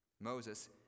moses